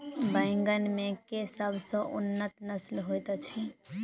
बैंगन मे केँ सबसँ उन्नत नस्ल होइत अछि?